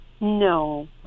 No